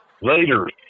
later